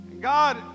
God